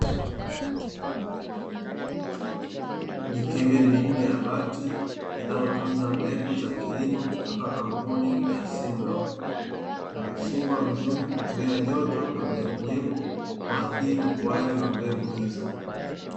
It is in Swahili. Mikebe minne ya bati inayotunza mbegu za kilimo kutoka kampuni ya "simlaw", imefungwa vizuri kuzuia joto na unyevunyevu kuathiri ukuaji wa mbegu hizo.